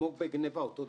כמו בגניבה אותו מנגנון.